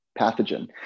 pathogen